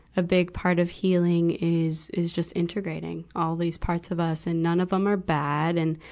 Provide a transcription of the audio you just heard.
a big part of healing is, is just integrating all these parts of us. and none of them are bad. and,